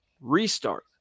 restart